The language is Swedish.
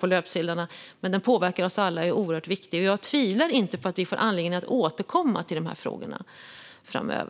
på löpsedlarna. Men den påverkar oss alla och är oerhört viktig. Jag tvivlar inte på att vi får anledning att återkomma till frågan framöver.